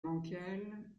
mankel